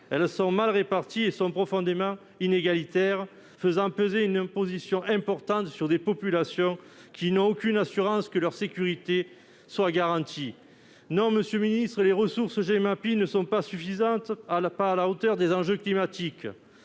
Elles sont mal réparties et profondément inégalitaires, faisant peser une imposition importante sur des populations qui n'ont aucune assurance que leur sécurité soit garantie. Non, les ressources Gemapi ne sont ni suffisantes ni à la hauteur des enjeux climatiques.